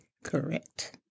Correct